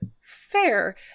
Fair